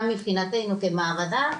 גם מבחינתנו כמעבדה,